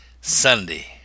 Sunday